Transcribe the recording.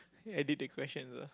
edit the questions ah